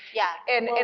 yeah. and and,